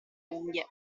unghie